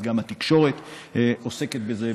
אז גם התקשורת עוסקת בזה,